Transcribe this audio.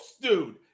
dude